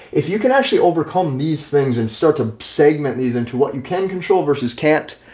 if you can actually overcome these things and start to segment these into what you can control versus can't.